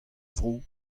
vro